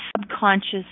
subconscious